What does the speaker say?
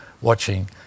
watching